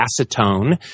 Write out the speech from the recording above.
acetone